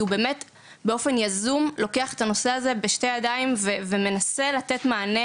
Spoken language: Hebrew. כי הוא באמת באופן יזום לוקח את הנושא הזה בשתי ידיים ומנסה לתת מענה.